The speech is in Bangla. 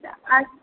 আর